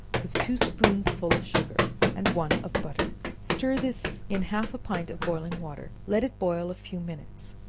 with two spoonsful of sugar and one of butter stir this in half a pint of boiling water let it boil a few minutes,